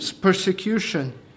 persecution